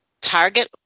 Target